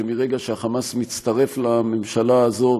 שמהרגע שהחמאס מצטרף לממשלה הזאת,